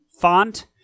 font